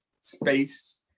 space